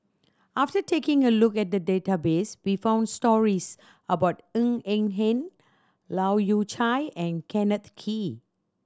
after taking a look at the database we found stories about Ng Eng Hen Leu Yew Chye and Kenneth Kee